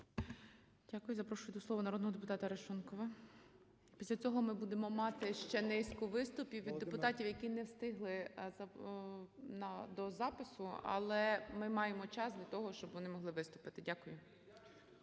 Дякую. Запрошую до слова народного депутата Арешонкова. Після цього ми будемо мати ще низку виступів від депутатів, які не встигли до запису, але ми маємо час для того, щоби вони могли виступити. Дякую.